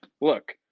look